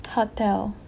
hotel